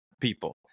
people